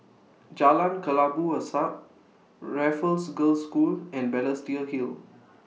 Jalan Kelabu Asap Raffles Girls' School and Balestier Hill